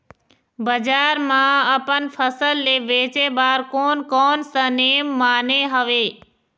बजार मा अपन फसल ले बेचे बार कोन कौन सा नेम माने हवे?